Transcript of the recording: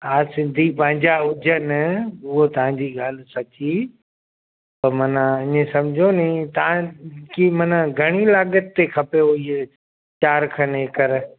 हा सिंधी पंहिंजा हुजनि उहा तव्हांजी ॻाल्हि सची त माना ईअं सम्झो नि तव्हां की माना घणी लागत ते खपेव ये चारि खनि एकड़